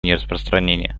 нераспространения